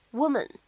woman